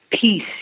peace